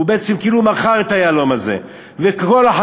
הוא בעצם כאילו מכר את היהלום הזה,